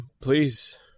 please